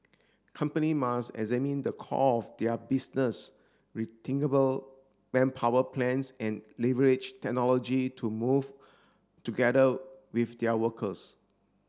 company must examine the core of their business rethinkable manpower plans and leverage technology to move together with their workers